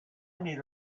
need